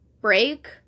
break